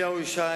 אליהו ישי,